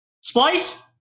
Splice